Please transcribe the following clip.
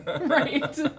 Right